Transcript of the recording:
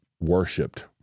worshipped